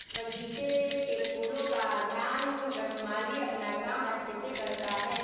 बगीचे के फूलों का ध्यान रख माली अपना काम अच्छे से करता है